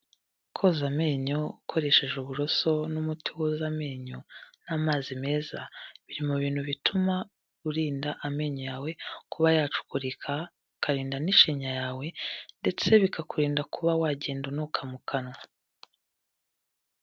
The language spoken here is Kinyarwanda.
Koza amenyo ukoresheje uburoso n'umuti woza amenyo n'amazi meza, biri mu bintu bituma urinda amenyo yawe kuba yacukurika, ukarinda n'ishinenya yawe ndetse bikakurinda kuba wagenda unuka mu kanwa.